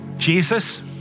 Jesus